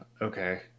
Okay